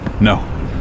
No